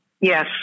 Yes